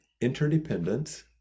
interdependence